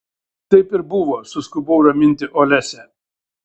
taip ir buvo suskubau raminti olesią